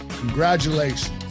congratulations